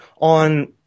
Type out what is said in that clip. on